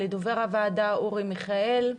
לדובר הוועדה אורי מיכאל,